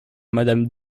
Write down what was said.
madame